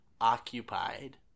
occupied